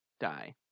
die